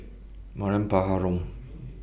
Mariam Baharom